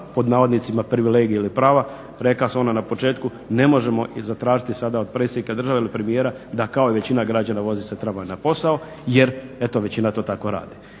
ili ukidati sva "privilegije ili prava". Rekao sam odmah na početku, ne možemo i zatražiti sada od predsjednika države ili premijera da kao i većina građana vozi se tramvajem na posao, jer eto većina to tako radi.